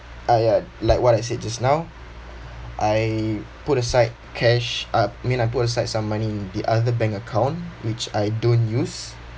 I I like what I said just now I put aside cash I mean I put aside some money in the other bank account which I don't use